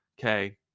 Okay